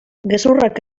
gezurrak